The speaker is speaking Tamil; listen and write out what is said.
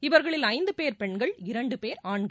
இவர்களில் ஐந்து பேர் பெண்கள் இரண்டு பேர் ஆண்கள்